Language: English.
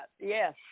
yes